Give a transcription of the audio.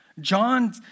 John